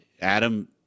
Adam